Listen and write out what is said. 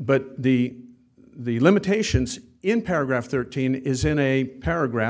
but the the limitations in paragraph thirteen is in a paragraph